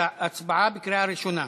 הצבעה בקריאה ראשונה,